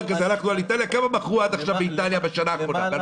מכרו עד עכשיו באיטליה בשנה האחרונה?